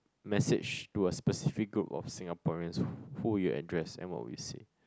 message to a specific group of Singaporeans who you address and what would you say